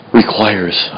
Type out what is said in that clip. requires